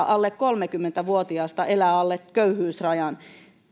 alle kolmekymmentä vuotiasta elää alle köyhyysrajan